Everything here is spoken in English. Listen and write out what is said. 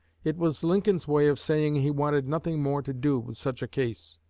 it was lincoln's way of saying he wanted nothing more to do with such a case.